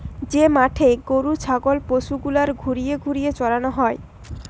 যে মাঠে গরু ছাগল পশু গুলার ঘুরিয়ে ঘুরিয়ে চরানো হয়